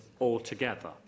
altogether